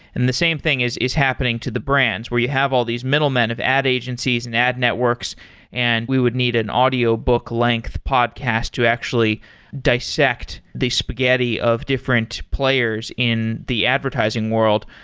and the same thing is is happening to the brands, where you have all these middlemen of ad agencies and ad networks and we would need an audiobook length podcast to actually dissect the spaghetti of different players in the advertising world,